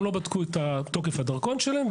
גם לא בדקו את תוקף הדרכון שלהם,